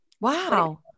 Wow